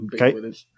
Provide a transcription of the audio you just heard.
Okay